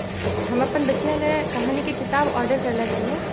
आओर हम अपन बचिआलए कहानीके किताब ऑडर करले छलहुँ